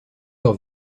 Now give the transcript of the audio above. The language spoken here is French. leur